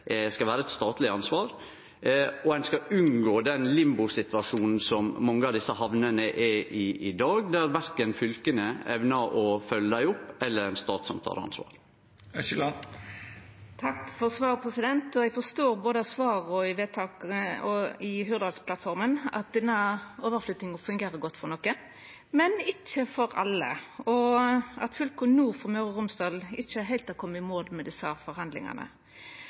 skal vere eit statleg ansvar, og ein skal unngå den limbosituasjonen som mange av desse hamnene er i i dag, der det verken er eit fylke som evnar å følgje dei opp, eller ein stat som tek ansvar. Takk for svaret. Eg forstår av både svaret og Hurdalsplattforma at denne overflyttinga fungerer godt for nokon, men ikkje for alle, og at fylka nord for Møre og Romsdal ikkje heilt har kome i mål med desse forhandlingane.